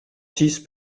six